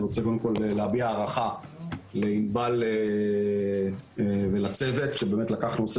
אני רוצה להביע הערכה לעינבל ולצוות שלקח נושא